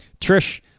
Trish